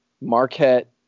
marquette